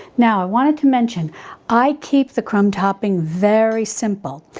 now i wanted to mention i keep the crumb topping very simple.